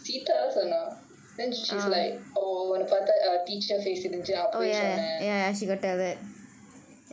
சீதா தான் சொன்ன:seetha thaan sonna then she's like oh உன்ன பாத்தா:unna paathaa a teacher face இருஞ்சு அப்பவே சொன்னே:irunchu appavae sonnae